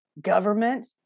government